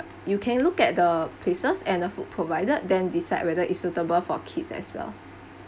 you can look at the places and the food provided then decide whether it's suitable for kids as well